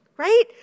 right